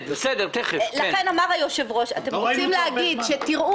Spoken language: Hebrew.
לכן אמר היושב-ראש: אתם רוצים להגיד שתראו